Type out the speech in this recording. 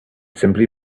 simply